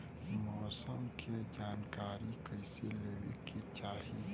मौसम के जानकारी कईसे लेवे के चाही?